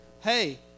hey